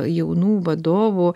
jaunų vadovų